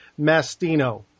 Mastino